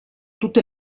tutte